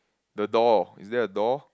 the door is there a door